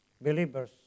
believers